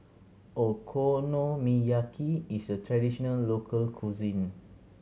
Okonomiyaki is a traditional local cuisine